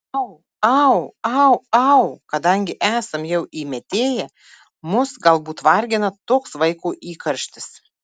au au au au kadangi esam jau įmetėję mus galbūt vargina toks vaiko įkarštis